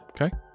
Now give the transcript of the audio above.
Okay